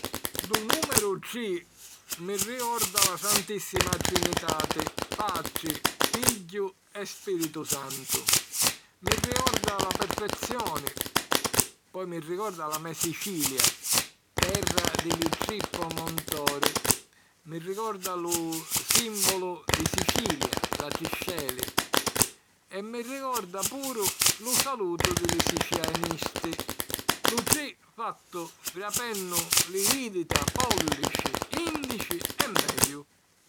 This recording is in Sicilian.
Lu nùmeru tri mi rigorda la Santissima Trinitati, Patri Figghiu e Spìritu Santu. Mi rigorda la perfezioni. Poi mi rigorda la me Sicilia, terra di li tri promontori. Mi rigorda lu sìmbolu di Sicilia, la Trisceli. E mi rigorda puru lu salutu di li sicilianisti: lu tri fattu grapennu li jìdita pòllici, ìndici e mediu.